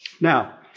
Now